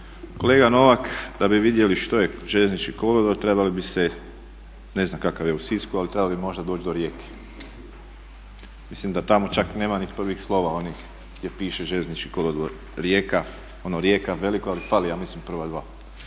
Kolega Novak da bi vidjeli što je željeznički kolodvor trebali bi, ne znam kakav je u Sisku, ali trebali bi možda doći do Rijeke. Mislim da tamo čak nema ni prvih slova onih gdje piše željeznički kolodvor Rijeka, ono Rijeka veliko ali fali ja mislim prva dva.